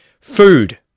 Food